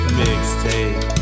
mixtape